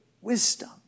wisdom